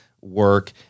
work